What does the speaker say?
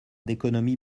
d’économies